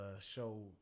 show